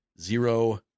zero